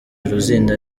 luzinda